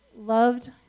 loved